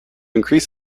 increase